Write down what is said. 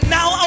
Now